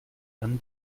dann